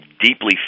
deeply